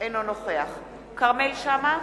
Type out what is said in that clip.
אינו נוכח כרמל שאמה,